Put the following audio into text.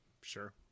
sure